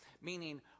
meaning